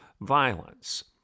violence